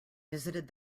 visited